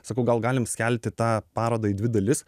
sakau gal galim skelti tą parodą į dvi dalis